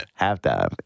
halftime